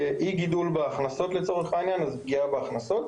פגיעה בהכנסות.